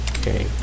Okay